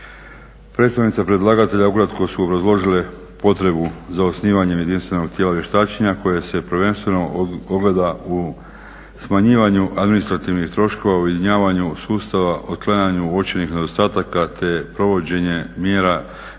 Predstavnice predlagatelja ukratko su obrazložile potrebu za osnivanjem jedinstvenog tijela vještačenja koje se prvenstveno ogleda u smanjivanju administrativnih troškova u ujedinjavanju sustava, otklanjanja uočenih nedostataka te provođenja mjera iz